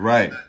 Right